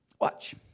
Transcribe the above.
watch